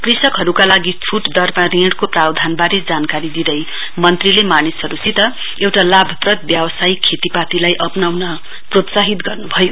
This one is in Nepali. कृषकहरूका लागि छुट दरमा ऋणको प्रावधानबारे जानकारी दिँदै मन्त्रीले मानिसहरूसित एउटडा लाभप्रद व्यावसाय खेतीपातीलाई अप्राउन प्रोत्साहित गर्नुभयो